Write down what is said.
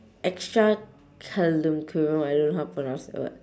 extracurricula~ I don't know how to pronounce that word